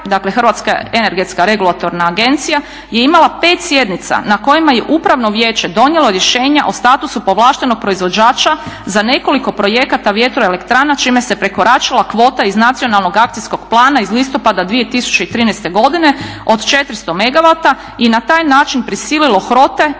dakle Hrvatska energetska regulatorna agencija je imala 5 sjednica na kojima je Upravno vijeće donijelo rješenje o statusu povlaštenog proizvođača za nekoliko projekata vjetro elektrana čime se prekoračila kvota iz Nacionalnog akcijskog plana iz listopada 2013. godine od 400 megavata i na taj način prisililo HROT-e